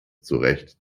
zurecht